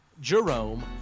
Jerome